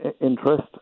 interest